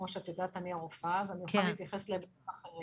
כמו שאת יודעת אני הרופאה אז אני יכולה להתייחס להיבטים אחרים.